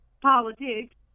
politics